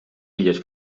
illes